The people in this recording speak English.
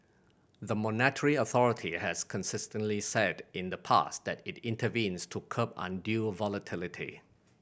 the monetary authority has consistently said in the past that it intervenes to curb undue volatility